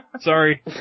Sorry